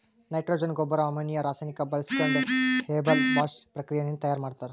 nitrogen ಗೊಬ್ಬರ್ ammonia ರಾಸಾಯನಿಕ್ ಬಾಳ್ಸ್ಕೊಂಡ್ ಹೇಬರ್ ಬಾಷ್ ಪ್ರಕ್ರಿಯೆ ನಿಂದ್ ತಯಾರ್ ಮಾಡ್ತರ್